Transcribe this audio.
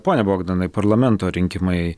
pone bogdanai parlamento rinkimai